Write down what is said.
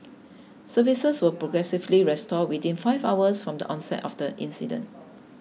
services were progressively restored within five hours from the onset of the incident